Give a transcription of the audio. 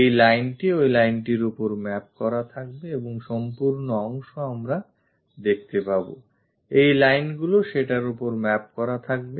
এই lineটি ওই lineটির ওপর map করা থাকবে এবং সম্পূর্ণ অংশ আমরা দেখতে পাবো এবং এই lineগুলি সেটার ওপর map করা থাকবে